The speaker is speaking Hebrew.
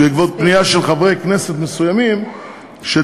בעקבות פנייה של חברי כנסת מסוימים שטענו